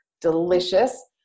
delicious